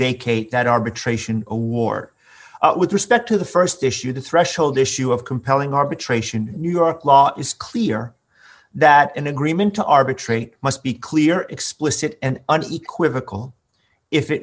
vacate that arbitration a war with respect to the st issue the threshold issue of compelling arbitration new york law is clear that an agreement to arbitrate must be clear explicit and unequivocal if it